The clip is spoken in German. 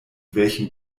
welchem